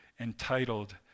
entitled